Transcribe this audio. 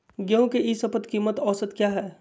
गेंहू के ई शपथ कीमत औसत क्या है?